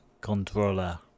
controller